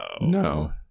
No